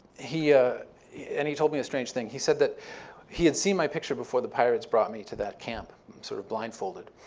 ah and he told me a strange thing. he said that he had seen my picture before the pirates brought me to that camp sort of blindfolded.